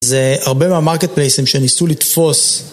זה הרבה מהמרקט פלייסים שניסו לתפוס